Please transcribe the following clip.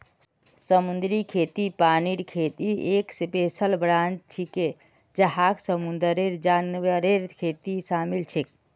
समुद्री खेती पानीर खेतीर एक स्पेशल ब्रांच छिके जहात समुंदरेर जानवरेर खेती शामिल छेक